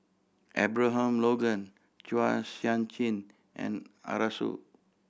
Abraham Logan Chua Sian Chin and Arasu